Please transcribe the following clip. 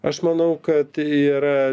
aš manau kad yra